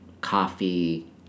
coffee